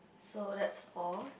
so that's four